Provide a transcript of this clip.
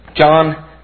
John